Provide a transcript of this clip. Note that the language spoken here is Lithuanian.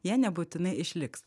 jie nebūtinai išliks